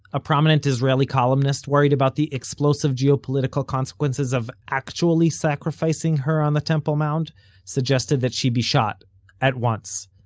a prominent israeli columnist worried about the explosive geopolitical consequences of actually sacrificing her on the temple mount suggested that she be shot at once.